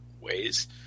ways